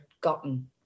gotten